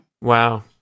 Wow